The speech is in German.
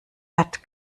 hat